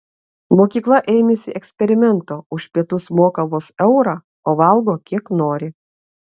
mokykla ėmėsi eksperimento už pietus moka vos eurą o valgo kiek nori